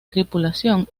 tripulación